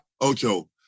Ocho